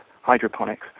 hydroponics